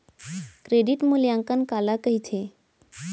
Credit मूल्यांकन काला कहिथे?